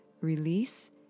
release